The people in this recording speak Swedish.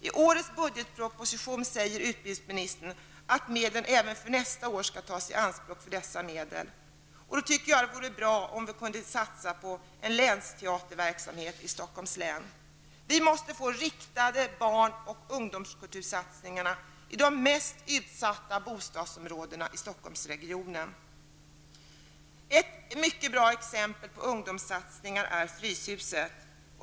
I årets budgetproposition säger utbildningsministern att medlen även nästa år skall tas i anspråk för dessa ändamål. Jag tycker att det vore bra om vi kunde satsa på en länsteaterverksamhet i Stockholms län. Vi måste få riktade barn och ungdomskultursatsningar i de mest utsatta bostadsområdena i Stockholmsregionen. Ett mycket bra exempel på ungdomssatsningar är Fryshuset.